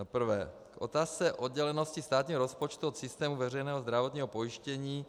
Za prvé, k otázce oddělenosti státního rozpočtu od systému veřejného zdravotního pojištění.